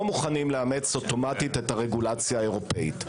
מוכנים לאמץ אוטומטית את הרגולציה האירופאית.